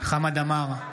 חמד עמאר,